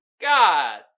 God